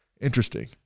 Interesting